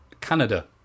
Canada